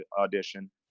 audition